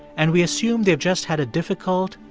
and we assume they've just had a difficult,